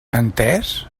entès